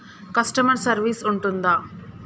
Customer service ఉంటుందా?